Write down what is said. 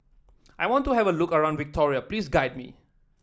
I want to have a look around Victoria please guide me